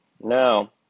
Now